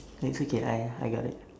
no it's okay I I got it